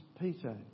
Peter